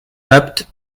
bapt